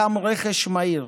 גם רכש מהיר,